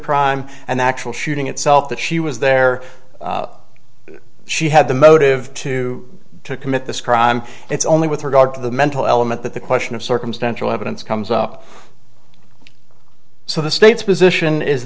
crime and the actual shooting itself that she was there she had the motive to commit this crime it's only with regard to the mental element that the question of circumstantial evidence comes up so the state's position is